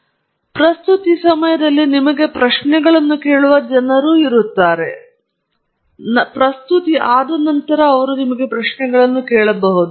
ಇದು ಸಾಮಾನ್ಯವಾಗಿ ಬಹಳ ಸಂವಾದಾತ್ಮಕವಾಗಿದೆ ಪ್ರಸ್ತುತಿ ಸಮಯದಲ್ಲಿ ನಿಮಗೆ ಪ್ರಶ್ನೆಗಳನ್ನು ಕೇಳುವ ಜನರಿರುತ್ತಾರೆ ಪ್ರಸ್ತುತಿ ನಂತರ ಅವರು ನಿಮಗೆ ಪ್ರಶ್ನೆಗಳನ್ನು ಕೇಳಬಹುದು